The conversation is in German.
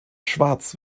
schwarz